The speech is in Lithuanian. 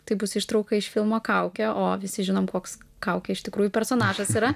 tai bus ištrauka iš filmo kaukė o visi žinom koks kaukė iš tikrųjų personažas yra